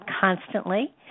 constantly